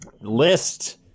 list